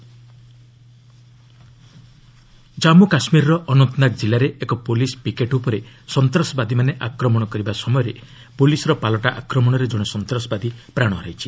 JK terrorist Jammu କାଶ୍ମୀରର ଅନନ୍ତନାଗ ଜିଲ୍ଲାରେ ଏକ ପୁଲିସ ପିକେଟ୍ ଉପରେ ସନ୍ତାସବାଦୀମାନେ ଆକ୍ରମଣ କରିବା ସମୟରେ ପୁଲିସର ପାଲଟା ଆକ୍ରମଣରେ ଜଣେ ସନ୍ତାସବାଦୀ ପ୍ରାଣ ହରାଇଛି